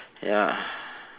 ya